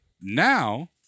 now